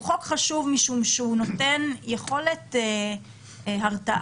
הוא חשוב משום שהוא נותן יכולת הרתעה,